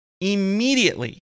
immediately